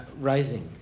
rising